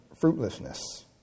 fruitlessness